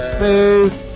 Space